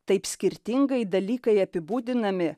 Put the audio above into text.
taip skirtingai dalykai apibūdinami